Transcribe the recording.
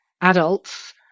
adults